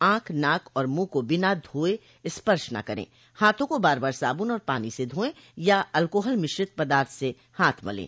आंख नाक और मुंह को बिना हाथ धोये स्पर्श न करें हाथों को बार बार साबुन और पानी से धोएं या अल्कोहल मिश्रित पदार्थ से हाथ मलें